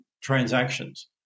transactions